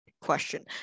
question